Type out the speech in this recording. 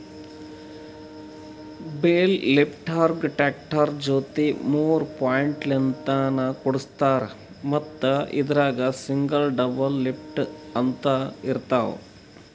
bale ಲಿಫ್ಟರ್ಗಾ tractor ಜೊತಿ ಮೂರ್ ಪಾಯಿಂಟ್ಲಿನ್ತ್ ಕುಡಸಿರ್ತಾರ್ ಮತ್ತ್ ಇದ್ರಾಗ್ ಸಿಂಗಲ್ ಡಬಲ್ ಲಿಫ್ಟರ್ ಅಂತ್ ಇರ್ತವ್